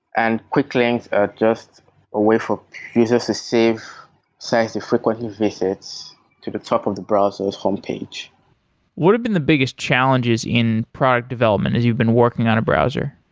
and quick links are just a way for users to save sites they frequently visit to the top of the browser's homepage what have been the biggest challenges in product development as you've been working on a browser?